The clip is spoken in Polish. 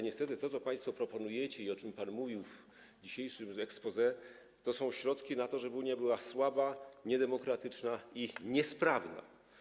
Niestety to, co państwo proponujecie i o czym mówił pan w dzisiejszym exposé, to sposoby na to, żeby Unia była słaba, niedemokratyczna i niesprawna.